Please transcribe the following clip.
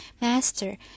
Master